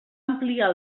ampliar